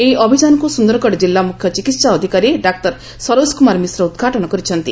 ଏହି ଅଭିଯାନକୁ ସୁନ୍ଦରଗଡ଼ ଜିଲ୍ଲା ମୁଖ୍ୟ ଚିକିହା ଅଧିକାରୀ ଡାକ୍ତର ସରୋଜ କୁମାର ମିଶ୍ର ଉଦ୍ଘାଟନ କରିଛନ୍ତି